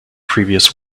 previous